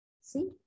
See